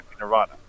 Nirvana